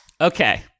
Okay